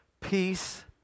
peace